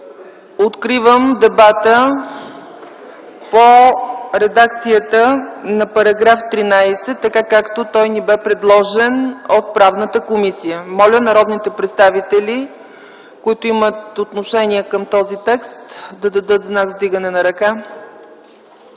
Откривам дебата по редакцията на § 13 така, както ни бе предложена от Комисията по правни въпроси. Моля народните представители, които имат отношение към този текст, да дадат знак с вдигане на ръка.